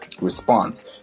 response